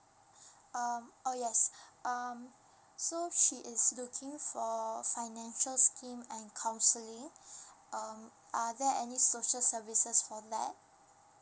um oh yes um so she is looking for financial scheme and counselling um are there any social services for that